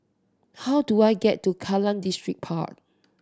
how do I get to Kallang Distripark